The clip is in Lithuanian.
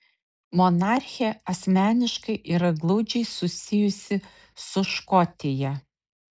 monarchė asmeniškai yra glaudžiai susijusi su škotija